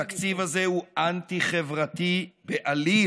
התקציב הזה הוא אנטי-חברתי בעליל.